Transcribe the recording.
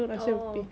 oh